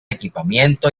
equipamiento